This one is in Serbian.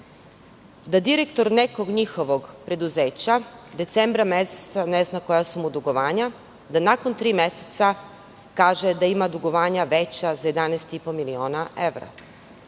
da direktor nekog njihovog preduzeća decembra meseca ne zna koja su mu dugovanja, da nakon tri meseca kaže da ima dugovanja veća za 11,5 miliona evra